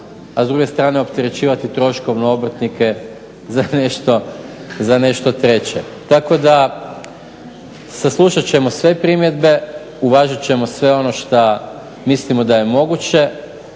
a s druge strane opterećivati troškovno obrtnike za nešto treće. Tako da saslušat ćemo sve primjedbe, uvažit ćemo sve ono što mislimo da je moguće.